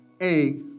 egg